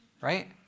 right